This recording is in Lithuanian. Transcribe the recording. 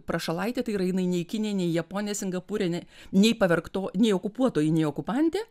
prašalaitė tai yra jinai nei kinė nei japonė singapūre ne nei pavergto nei okupuotoji nei okupantė